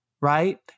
right